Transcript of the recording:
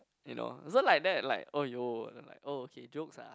you know so like that like !aiyo! and then like oh okay jokes ah